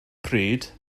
pryd